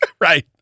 Right